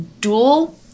dual